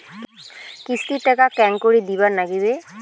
কিস্তির টাকা কেঙ্গকরি দিবার নাগীবে?